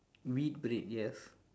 wheat bread yes